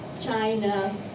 China